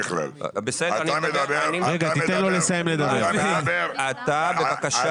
תן לי לדבר בבקשה.